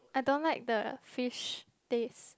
I don't like the fish taste